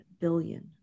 billion